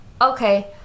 Okay